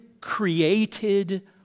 created